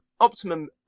optimum